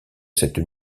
cette